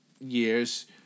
years